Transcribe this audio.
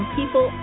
people